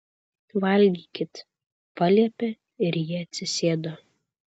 valgykit paliepė ir jie atsisėdo